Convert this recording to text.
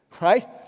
right